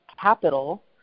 capital